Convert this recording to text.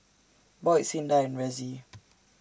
Boyd Cinda and Ressie